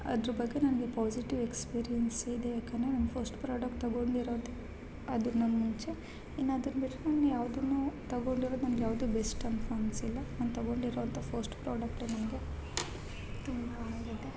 ಅದ್ರ ಬಗ್ಗೆ ನನಗೆ ಪೊಝಿಟಿವ್ ಎಕ್ಸ್ಪೀರಿಯನ್ಸ್ ಇದೆ ಯಾಕಂದರೆ ನನ್ನ ಫಸ್ಟ್ ಪ್ರಾಡಕ್ಟ್ ತಗೊಂಡಿರೋದೆ ಅದನ್ನ ನಾನು ಮುಂಚೆ ಇನ್ನ ಅದನ್ನ ಬಿಟ್ಟು ನಾನು ಯಾವುದನ್ನು ತಗೊಂಡಿರೋದು ನಂಗೆ ಯಾವುದು ಬೆಸ್ಟ್ ಅಂತ ಅನ್ಸಿಲ್ಲ ನಾನು ತಗೊಂಡಿರುವಂಥ ಫಸ್ಟ್ ಪ್ರೊಡಕ್ಟೆ ನನಗೆ ತುಂಬಾ